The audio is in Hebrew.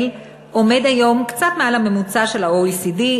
עומד היום קצת מעל הממוצע של ה-OECD,